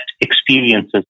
experiences